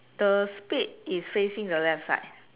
the spade is facing the left side